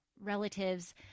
relatives